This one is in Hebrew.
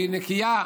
היא נקייה,